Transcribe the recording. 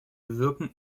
wirken